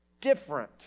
different